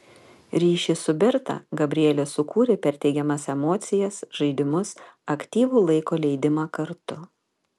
ryšį su berta gabrielė sukūrė per teigiamas emocijas žaidimus aktyvų laiko leidimą kartu